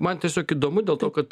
man tiesiog įdomu dėl to kad